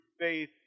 faith